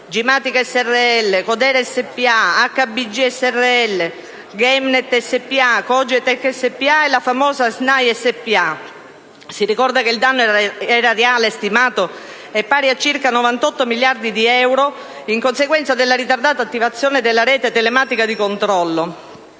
G.Matica srl, Codere SpA, HBG srl, Gamenet SpA, Cogetech SpA e la famosa SNAI SpA. Si ricorda che il danno erariale stimato è pari a circa 98 miliardi di euro, in conseguenza della ritardata attivazione della rete telematica di controllo.